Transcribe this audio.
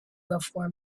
before